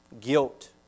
guilt